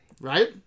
Right